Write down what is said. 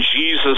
Jesus